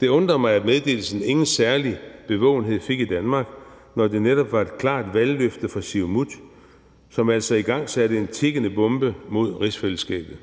Det undrer mig, at meddelelsen ingen særlig bevågenhed fik i Danmark, når det netop var et klart valgløfte fra Siumut, som altså igangsatte noget, der er en tikkende bombe mod rigsfællesskabet.